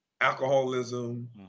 alcoholism